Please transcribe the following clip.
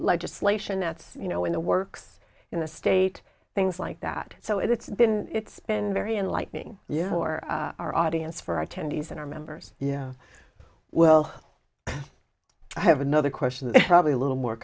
legislation that's you know in the works in the state things like that so it's been it's been very enlightening your our audience for attendees and our members yeah well i have another question probably a little more